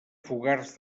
fogars